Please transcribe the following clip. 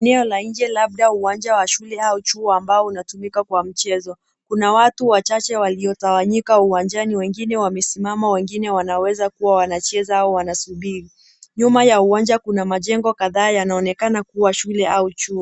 Eneo la nje labda uwanja wa shule au chuo ambao unatumika kwa mchezo. Kuna watu wachache walio tawanyika uwanjani , wengine wamesimama na wengine wanaweza kuwa wanacheza au wanasubiri . Nyuma ya uwanja kuna majengo kadhaa yanaonekana kuwa shule au chuo.